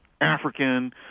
African